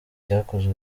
yakoze